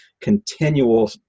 continual